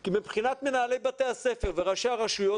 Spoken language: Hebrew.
כי מבחינת מנהלי בתי הספר וראשי הרשויות,